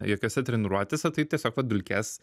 jokiose treniruotėse tai tiesiog vat dulkės